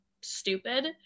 stupid